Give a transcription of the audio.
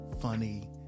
funny